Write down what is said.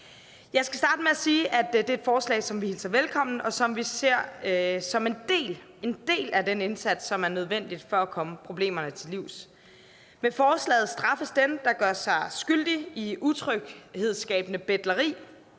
Jeg skal starte med at sige, at det er et forslag, som vi hilser velkommen, og som vi ser som en del – en del – af den indsats, som er nødvendig for at komme problemerne til livs. Med forslaget straffes dem, der gør sig skyldige i utryghedsskabende betleri,